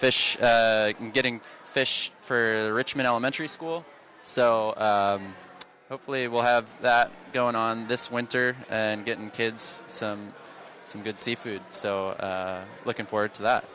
fish and getting fish for the richmond elementary school so hopefully we'll have that going on this winter and getting kids some some good seafood so looking forward to that